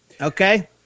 Okay